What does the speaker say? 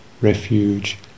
refuge